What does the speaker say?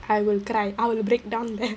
I will cry I will break down there